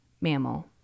mammal